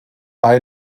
bei